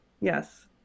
Yes